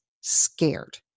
scared